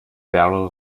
barrel